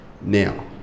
now